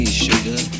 sugar